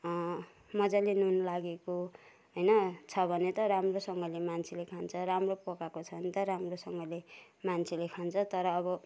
मजाले नुन लागेको होइन छ भने त राम्रोसँगले मान्छेले खान्छ राम्रो पकाएको छ भने त राम्रोसँगले मान्छेले खान्छ तर अब